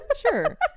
sure